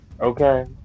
Okay